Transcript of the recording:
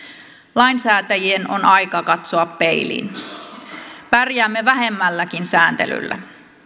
lainsäätäjien on aika katsoa peiliin pärjäämme vähemmälläkin sääntelyllä